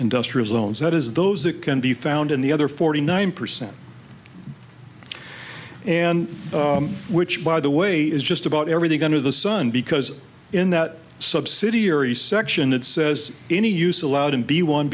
industrial zones that is those that can be found in the other forty nine percent and which by the way is just about everything under the sun because in that subsidiary section it says any use allowed in b one